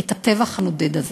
את הטבח הנודד הזה".